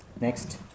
Next